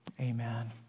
Amen